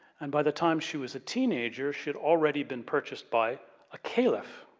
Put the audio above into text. and, by the time she was a teenager she'd already been purchased by a caliph.